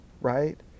Right